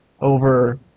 over